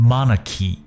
Monarchy